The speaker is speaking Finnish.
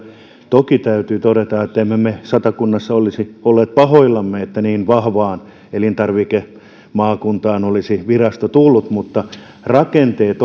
toki täytyy todeta että emme me satakunnassa olisi olleet pahoillamme jos niin vahvaan elintarvikemaakuntaan olisi virasto tullut mutta rakenteet